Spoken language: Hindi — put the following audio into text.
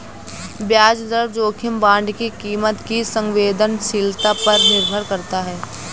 ब्याज दर जोखिम बांड की कीमत की संवेदनशीलता पर निर्भर करता है